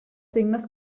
signes